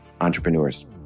entrepreneurs